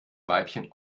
weibchen